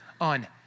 on